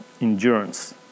Endurance